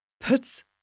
puts